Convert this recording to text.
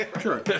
Sure